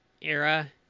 era